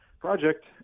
project